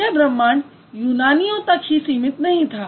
यह ब्रह्मांड यूनानियों तक ही सीमित नहीं था